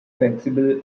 flexible